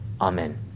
Amen